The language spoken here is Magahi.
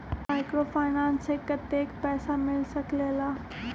माइक्रोफाइनेंस से कतेक पैसा मिल सकले ला?